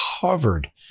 covered